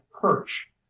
perch